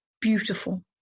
beautiful